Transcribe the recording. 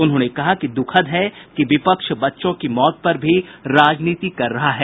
उन्होंने कहा कि द्रखद है कि विपक्ष बच्चों की मौत पर भी राजनीति कर रहा है